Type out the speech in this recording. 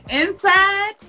inside